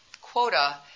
quota